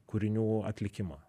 kūrinių atlikimą